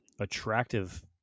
attractive